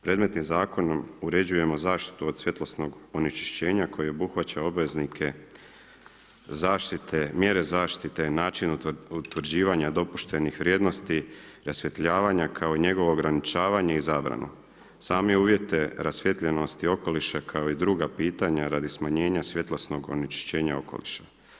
Predmetnim zakonom uređujemo zaštitu od svjetlosnog onečišćenja koje obuhvaća obveznike zaštite, mjere zaštite, način utvrđivanja dopuštenih vrijednosti, rasvjetljavanja kao i njegovo ograničavanje i zabranu, same uvjete rasvijetljenosti okoliša kao i druga pitanja radi smanjenja svjetlosnog onečišćenja okoliša.